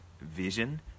vision